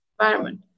environment